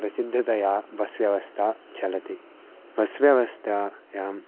प्रसिद्धतया bus व्यवस्था चलति bus व्यवस्थायां